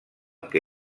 que